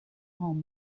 home